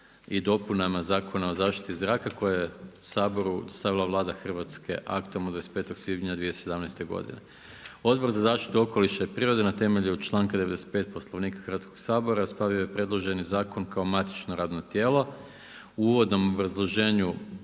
i dopunama Zakona o zaštiti zraka koje je Saboru dostavila Vlada Hrvatske aktom od 25. svibnja 2017. godine. Odbor za zaštitu okoliša i prirode na temelju članka 95. Poslovnika raspravio je predloženi zakon kao matično radno tijelo. U uvodnom obrazloženju